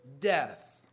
death